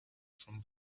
from